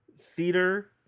theater